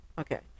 Okay